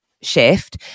shift